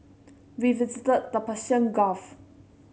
we visited the Persian Gulf